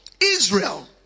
Israel